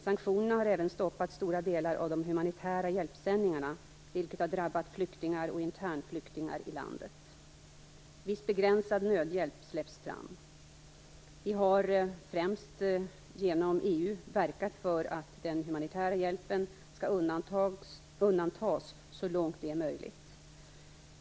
Sanktionerna har även stoppat stora delar av de humanitära hjälpsändningarna vilket har drabbat flyktingar och internflyktingar i landet. Viss begränsad nödhjälp släpps fram. Vi har främst genom EU verkat för att den humanitära hjälpen skall undantas så långt det är möjligt.